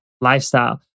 lifestyle